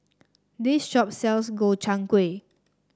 this shop sells Gobchang Gui